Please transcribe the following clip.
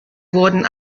wurden